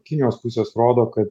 kinijos pusės rodo kad